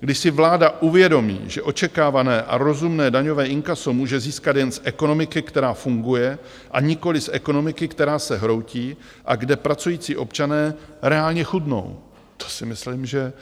Když si vláda uvědomí, že očekávané a rozumné daňové inkaso může získat jen z ekonomiky, která funguje a nikoli z ekonomiky, která se hroutí, a kde pracující občané reálně chudnou to si myslím, že